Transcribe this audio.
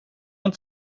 inte